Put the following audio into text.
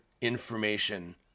information